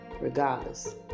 Regardless